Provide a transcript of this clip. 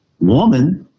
woman